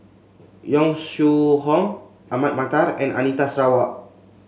Yong Shu Hoong Ahmad Mattar and Anita Sarawak